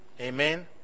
Amen